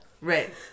Right